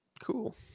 cool